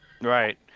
right